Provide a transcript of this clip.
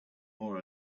more